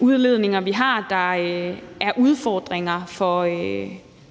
indenrigsudledninger, vi har, der er udfordringer